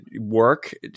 work